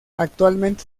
actualmente